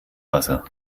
wasser